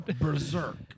Berserk